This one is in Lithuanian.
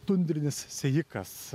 tundrinis sėjikas